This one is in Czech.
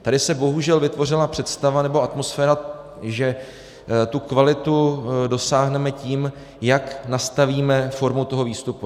Tady se bohužel vytvořila představa nebo atmosféra, že té kvality dosáhneme tím, jak nastavíme formu toho výstupu.